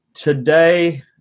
today